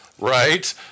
Right